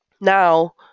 Now